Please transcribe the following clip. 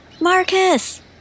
Marcus